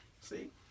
see